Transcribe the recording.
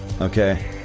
Okay